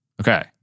Okay